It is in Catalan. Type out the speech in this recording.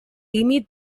límit